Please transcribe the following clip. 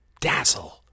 dazzle